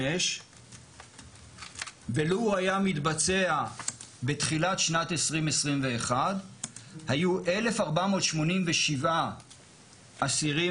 ולו הוא היה מתבצע בתחילת שנת 2021 היו 1,487 אסירים